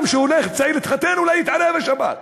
גם כשהולך צעיר להתחתן, אולי יתערב השב"כ.